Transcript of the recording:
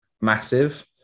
massive